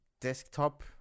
desktop